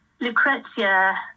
Lucrezia